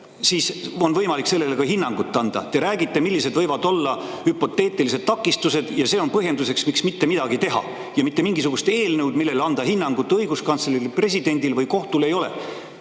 siis on võimalik sellele ka hinnangut anda. Te räägite, millised võivad olla hüpoteetilised takistused, ja see on põhjenduseks, miks mitte midagi teha. Mitte mingisugust eelnõu, millele anda hinnangut, õiguskantsleril, presidendil või kohtul ei ole.